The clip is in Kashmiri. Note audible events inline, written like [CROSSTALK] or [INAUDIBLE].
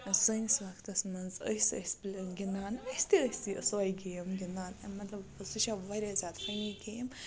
سٲنِس وَقتَس منٛز أسۍ ٲسۍ [UNINTELLIGIBLE] گِنٛدان اَسہِ تہِ ٲسۍ یہِ سۄے گیم گِنٛدان مطلب سُہ چھِ واریاہ زیادٕ فٔنی گیم